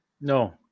No